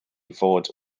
fod